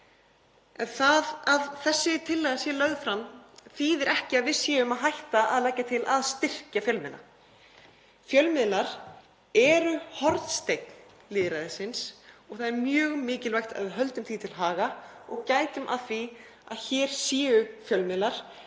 það að þessi tillaga sé lögð fram þýðir ekki að við séum að leggja til að hætta að styrkja fjölmiðla. Fjölmiðlar eru hornsteinn lýðræðisins og það er mjög mikilvægt að við höldum því til haga og gætum að því að hér séu fjölmiðlar